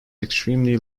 extremely